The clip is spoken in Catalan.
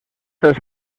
tres